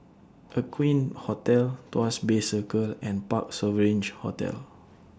Aqueen Hotel Tuas Bay Circle and Parc Sovereign Hotel